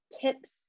tips